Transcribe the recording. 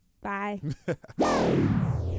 bye